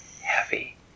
heavy